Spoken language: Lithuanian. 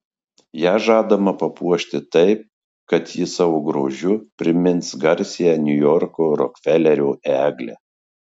ją žadama papuošti taip kad ji savo grožiu primins garsiąją niujorko rokfelerio eglę